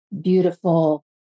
beautiful